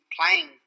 playing